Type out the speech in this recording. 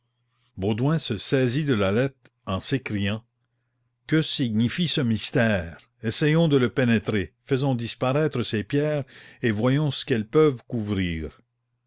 baudouin se saisit de la lettre en s'écriant que signifie ce mystère essayons de le pénétrer faisons disparaître ces pierres et voyons ce qu'elles peuvent couvrir